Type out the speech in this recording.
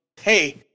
hey